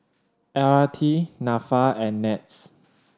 L R T Nafa and NETS